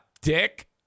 Dick